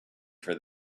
for